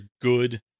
good